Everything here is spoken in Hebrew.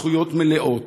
זכויות מלאות.